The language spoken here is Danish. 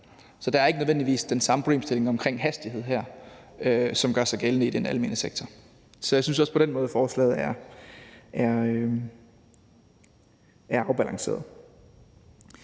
så der er ikke nødvendigvis den samme problemstilling omkring hastighed her, som gør sig gældende i den almene sektor. Så jeg synes også, at forslaget er afbalanceret